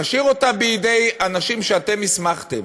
נשאיר אותה בידי אנשים שאתם הסמכתם,